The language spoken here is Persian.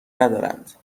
ندارند